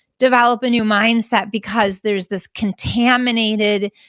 develop a new mindset, because there's this contaminated,